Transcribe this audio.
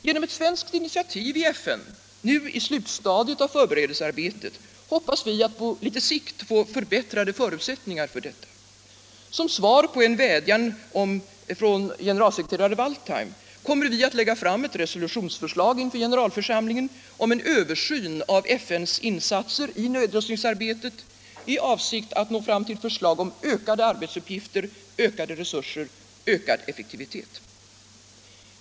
Genom ett svenskt initiativ i FN, nu i slutstadiet av förberedelsearbetet, hoppas vi att på litet sikt få förbättrade förutsättningar för detta. Som svar på en vädjan av generalsekreterare Waldheim kommer vi att lägga fram ett resolutionsförslag inför generalförsamlingen om en översyn av FN:s insatser i nedrustningsarbetet, i avsikt att nå fram till förslag om ökade arbetsuppgifter, ökade resurser och ökad effektivitet.